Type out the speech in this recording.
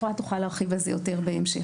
אפרת תוכל להרחיב על זה יותר בהמשך.